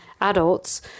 adults